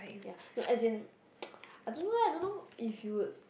ya no I didn't I don't know lah don't know if you